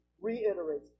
reiterates